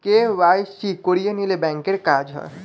KYC করিয়ে নিলে ব্যাঙ্কের কাজ হয়